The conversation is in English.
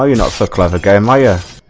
ah you know so clever game a ah